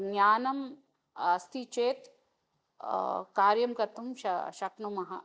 ज्ञानम् अस्ति चेत् कार्यं कर्तुं श शक्नुमः